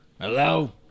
Hello